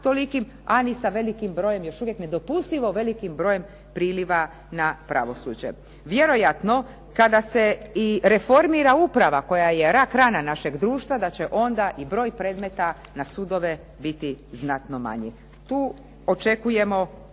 a ni sa velikim brojem, još uvijek nedopustivo velikim brojem priliva na pravosuđe. Vjerojatno kada se i reformira uprava koja je rak rana našeg društva da će onda i broj predmeta na sudove biti znatno manji. Tu očekujemo